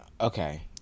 Okay